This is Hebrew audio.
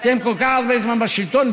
אתם כל כך הרבה זמן בשלטון,